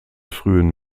frühen